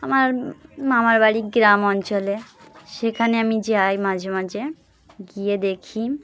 আমার মামার বাড়ি গ্রাম অঞ্চলে সেখানে আমি যাই মাঝে মাঝে গিয়ে দেখি